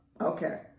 okay